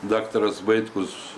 daktaras vaitkus